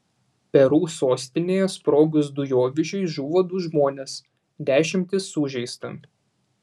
peru sostinėje sprogus dujovežiui žuvo du žmonės dešimtys sužeista